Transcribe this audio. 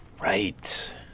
Right